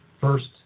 first